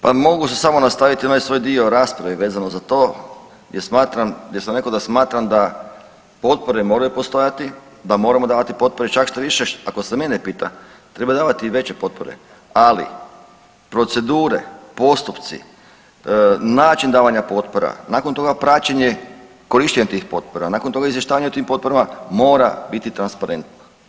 Pa mogu se samo nastaviti na onaj svoj dio rasprave vezano za to gdje smatram, gdje sam rekao da smatram da potpore moraju postojati, da moramo davati potpore, čak štoviše ako se mene pita treba davati i veće potpore, ali procedure, postupci, način davanja potpora, nakon toga praćenje korištenja tih potpora, nakon toga izvještavanje o tim potporama mora biti transparentno.